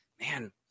man